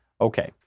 Okay